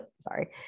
sorry